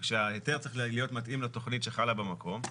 שההיתר צריך להיות מתאים לתכנית שחלה במקום,